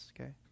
okay